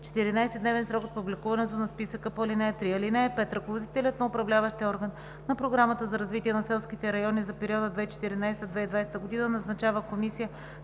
14 дневен срок от публикуването на списъка по ал. 3. (5) Ръководителят на управляващия орган на Програмата за развитие на селските райони за периода 2014 – 2020 г. назначава комисия